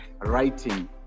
writing